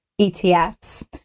ETFs